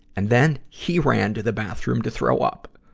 and then, he ran to the bathroom to throw up.